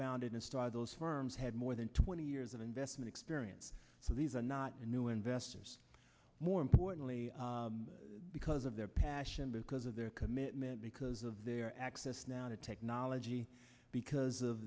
founded in style those firms had more than twenty years of investment experience so these are not new investors more importantly because of their passion because of their commitment because of their access now to technology because of